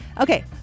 Okay